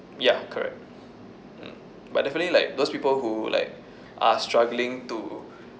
ya correct mm but definitely like those people who like are struggling to